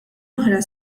oħra